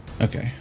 Okay